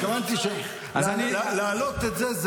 התכוונתי שלהעלות את זה,